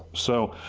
so,